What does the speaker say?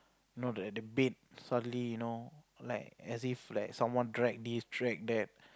you know at the bed suddenly you know like as if like someone drag this drag that